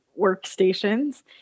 workstations